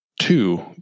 two